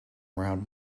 around